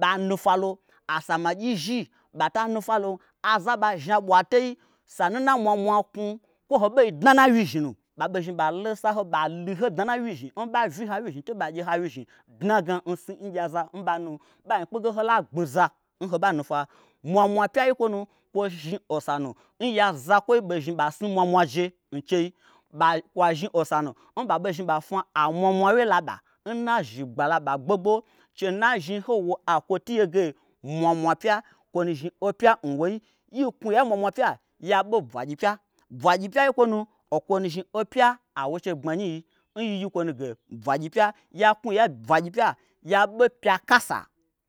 ɓanu fwalo asamagyi n zhi ɓata nufwalom aza n ɓa zhni aɓwatei sanu n na mwamwaknwu kwo ho bei dna nna wyi zhni nu ɓa ɓei zhni ɓa losaho ɓaluho dna nna wyizhni n ɓavyi ha wyizhni to ɓa gye ha wyizhni dnagna nsu ngye azan ɓanu ɓain kpege ho la gbmiza nho ɓa nufwa. Mwamwa pyayi nkwonu kwo zhni osanu n yazakwoi ɓei zhni ɓai snu mwamwaje nchei kwo zhni osanu n ɓa ɓei zhni ɓa fnwa amwamwa wye laɓa nna zhigba laɓa gbogbo chenu na zhni howo akwo tuye ge mwamwa pya kwonu nu zhni opya n woi. Yi knwu ya n mwamwa pya yaɓe bwagyi pya, bwagyi pyai n kwonu okwonu zhni opya awo n chei gbmanyi yi n yi yi kwonu ge bwagyi pya. ya knwu ya n bwagyi pya yabe pyakasa